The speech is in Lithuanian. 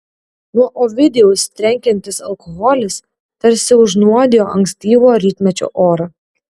nuo ovidijaus trenkiantis alkoholis tarsi užnuodijo ankstyvo rytmečio orą